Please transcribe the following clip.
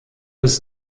ist